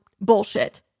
bullshit